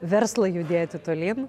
verslą judėti tolyn